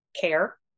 care